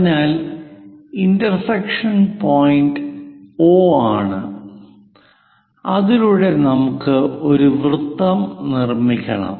അതിനാൽ intersection point O ആണ് അതിലൂടെ നമുക്ക് ഒരു വൃത്തം നിർമ്മിക്കണം